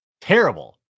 Terrible